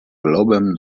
globem